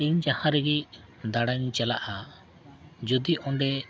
ᱤᱧ ᱡᱟᱦᱟᱸ ᱨᱮᱜᱮ ᱫᱟᱬᱟᱱᱤᱧ ᱪᱟᱞᱟᱜᱼᱟ ᱡᱩᱫᱤ ᱚᱸᱰᱮ